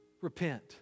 Repent